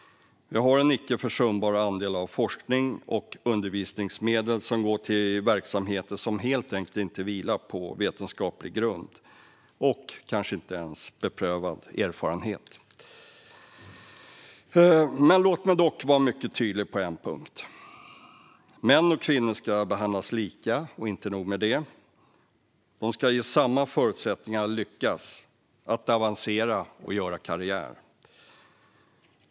En icke försumbar andel av forsknings och undervisningsmedlen går till verksamheter som helt enkelt inte vilar på vetenskaplig grund och kanske inte ens på beprövad erfarenhet. Låt mig dock vara mycket tydlig på en punkt. Män och kvinnor ska behandlas lika, och inte nog med det - de ska ges samma förutsättningar att lyckas, avancera och göra karriär.